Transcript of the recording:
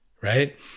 right